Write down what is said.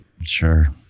Sure